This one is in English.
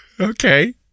Okay